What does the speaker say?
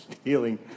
stealing